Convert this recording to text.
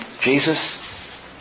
Jesus